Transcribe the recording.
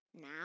now